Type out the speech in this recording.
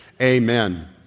Amen